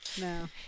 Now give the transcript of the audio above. no